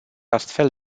astfel